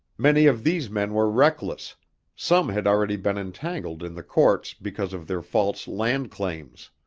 many of these men were reckless some had already been entangled in the courts because of their false land claims.